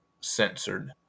censored